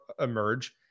emerge